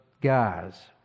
guys